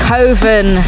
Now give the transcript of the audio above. Coven